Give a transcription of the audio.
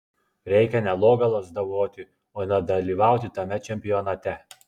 reikia ne logą lazdavoti o nedalyvauti tame čempionate